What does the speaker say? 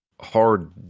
hard